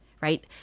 right